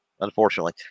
unfortunately